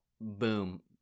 boom